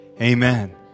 Amen